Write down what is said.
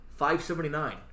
579